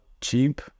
cheap